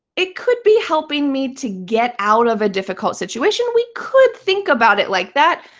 it could be helping me to get out of a difficult situation. we could think about it like that,